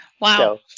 wow